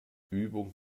übung